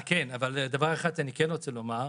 כן, אבל דבר אחד אני כן רוצה לומר: